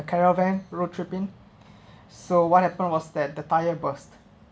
caravan road tripping so what happened was that the tyre bursts